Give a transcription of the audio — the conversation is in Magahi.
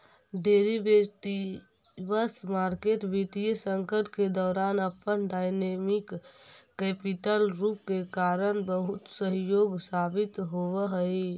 डेरिवेटिव्स मार्केट वित्तीय संकट के दौरान अपन डायनेमिक कैपिटल रूप के कारण बहुत सहयोगी साबित होवऽ हइ